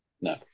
no